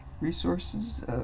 resources